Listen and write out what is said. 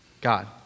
God